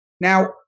Now